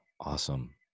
Awesome